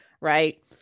right